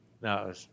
No